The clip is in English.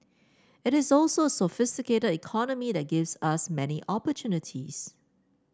it is also a sophisticated economy that gives us many opportunities